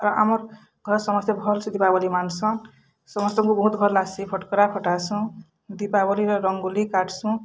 ଆମର ଘର୍ ସମସ୍ତେ ଭଲ୍ସେ ଦୀପାବଲୀ ମାନସନ୍ ସମସ୍ତଙ୍କୁ ବହୁତ ଭଲ୍ ଲାଗ୍ସି ଫଟ୍କରା ଫଟାସୁଁ ଦୀପାବଲୀ ର ରଙ୍ଗୋଲି କାଟ୍ସୁଁ